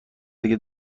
دیگه